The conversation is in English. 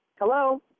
Hello